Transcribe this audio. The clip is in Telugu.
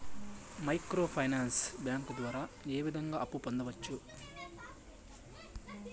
మైక్రో ఫైనాన్స్ బ్యాంకు ద్వారా ఏ విధంగా అప్పు పొందొచ్చు